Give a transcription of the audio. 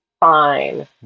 fine